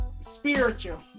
spiritual